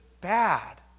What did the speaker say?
bad